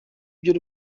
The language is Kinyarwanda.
byo